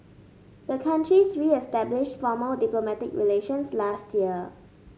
the countries reestablished formal diplomatic relations last year